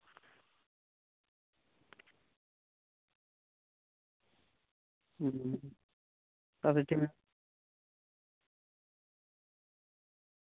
ᱦᱩᱸ